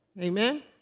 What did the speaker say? Amen